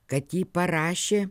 kad jį parašė